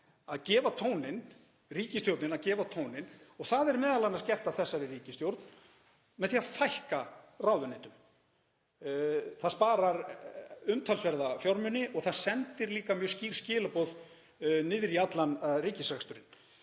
ríkisvaldið og ríkisstjórnin að gefa tóninn og það er m.a. gert af þessari ríkisstjórn með því að fækka ráðuneytum. Það sparar umtalsverða fjármuni og það sendir líka mjög skýr skilaboð niður í allan ríkisreksturinn.